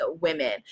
women